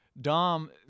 Dom